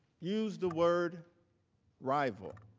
use the word rival?